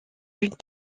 une